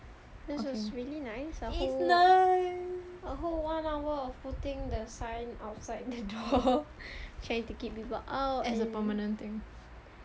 this was really nice I hope one hour of putting the sign outside the door trying to keep people out